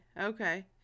okay